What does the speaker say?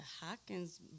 Hawkins